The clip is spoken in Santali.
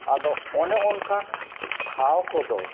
ᱟᱫᱚ ᱚᱱᱮ ᱚᱱᱠᱟᱱ ᱴᱷᱟᱶ ᱠᱚᱫᱚ